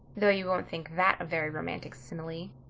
though you won't think that a very romantic simile.